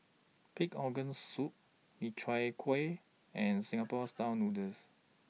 Pig'S Organ Soup Min Chiang Kueh and Singapore Style Noodles